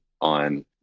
on